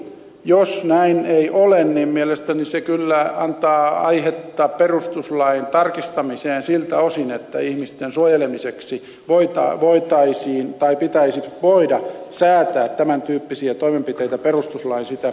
jos näin ei ole niin mielestäni se kyllä antaa aihetta perustuslain tarkistamiseen siltä osin että ihmisten suojelemiseksi pitäisi voida säätää tämäntyyppisiä toimenpiteitä perustuslain sitä estämättä